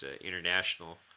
international